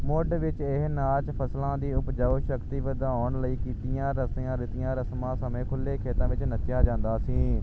ਮੁੱਢ ਵਿੱਚ ਇਹ ਨਾਚ ਫਸਲਾਂ ਦੀ ਉਪਜਾਊ ਸ਼ਕਤੀ ਵਧਾਉਣ ਲਈ ਕੀਤੀਆਂ ਰਸੀਆਂ ਰੀਤੀਆਂ ਰਸਮਾਂ ਸਮੇਂ ਖੁੱਲ੍ਹੇ ਖੇਤਾਂ ਵਿੱਚ ਨੱਚਿਆ ਜਾਂਦਾ ਸੀ